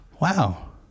wow